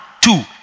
two